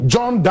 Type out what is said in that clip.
John